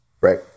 right